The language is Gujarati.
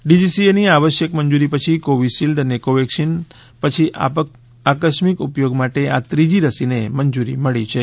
ડીસીજીએની આવશ્યક મંજૂરી પછી કોવિશિલ્ડ અને કોવેક્સિન પછી આકસ્મિક ઉપયોગ માટે આ ત્રીજી રસીને મંજુરી મળી છે